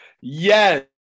Yes